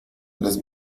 las